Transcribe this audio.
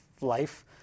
life